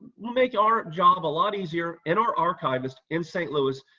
will make our job a lot easier and our archivists in st. louis,